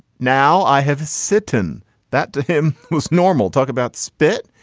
now i have sit in that to him most normal talk about spit.